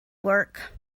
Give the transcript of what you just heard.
work